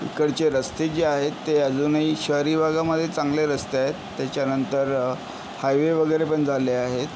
इकडचे रस्ते जे आहेत ते अजूनही शहरी भागामध्ये चांगले रस्ते आहेत त्याच्यानंतर हायवे वगैरे पण झाले आहेत